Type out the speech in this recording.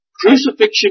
crucifixion